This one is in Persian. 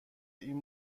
این